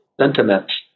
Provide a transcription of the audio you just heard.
Sentiments